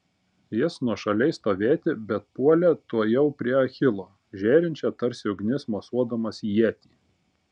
jis nuošaliai stovėti bet puolė tuojau prie achilo žėrinčią tarsi ugnis mosuodamas ietį